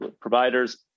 providers